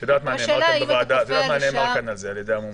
את יודעת מה נאמר כאן בוועדה על-ידי המומחים.